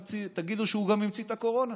תגידו שהוא גם המציא את הקורונה.